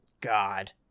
god